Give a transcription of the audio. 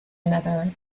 another